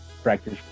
practice